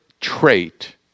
trait